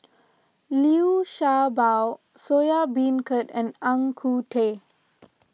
Liu Sha Bao Soya Beancurd and Ang Ku Kueh